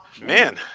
man